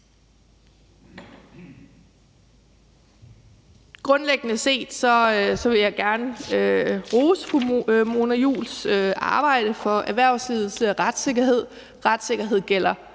Grundlæggende vil jeg gerne rose fru Mona Juuls arbejde for erhvervslivets retssikkerhed. Retssikkerhed gælder